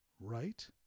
right